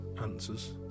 answers